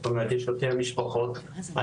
זאת אומרת, יש יותר משפחות עניות.